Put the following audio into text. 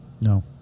No